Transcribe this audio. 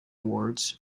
awards